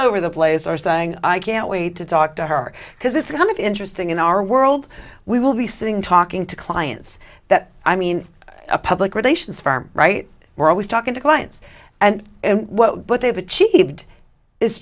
over the place are saying i can't wait to talk to her because it's kind of interesting in our world we will be sitting talking to clients that i mean a public relations firm right we're always talking to clients and what they've achieved is